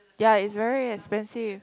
ya it's very expensive